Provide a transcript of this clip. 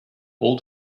all